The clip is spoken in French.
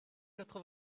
quatre